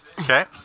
Okay